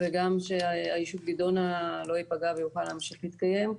וגם שהיישוב גדעונה לא ייפגע ויוכל להמשיך להתקיים.